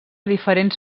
diferents